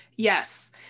Yes